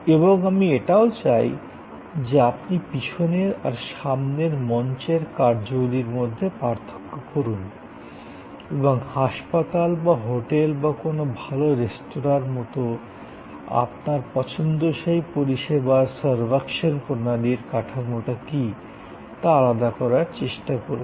এবং আমি এটাও চাই যে আপনি পিছনের আর সামনের মঞ্চের কার্যগুলির মধ্যে পার্থক্য করুন এবং হাসপাতাল বা হোটেল বা কোনও ভাল রেস্তোরাঁর মতো আপনার পছন্দসই পরিষেবার সারভাকশান প্রণালীর কাঠামোটা কী তা আলাদা করার চেষ্টা করবেন